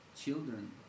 children